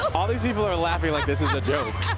all these people are laughing like this is a joke.